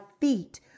feet